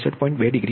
2 degree હશે